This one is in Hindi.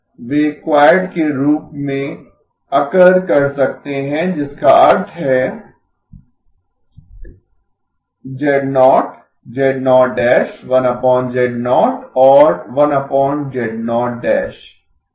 वे एक क्वैड के रूप में अकर कर सकते हैं जिसका अर्थ है z0 1 z0 और 1